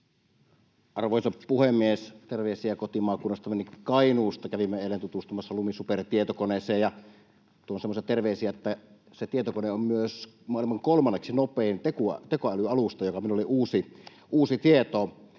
Arvoisa puhemies! Terveisiä kotimaakunnastani Kainuusta. Kävimme eilen tutustumassa Lumi-supertietokoneeseen. Tuon semmoisia terveisiä, että se tietokone on myös maailman kolmanneksi nopein tekoälyalusta, mikä oli minulle uusi tieto.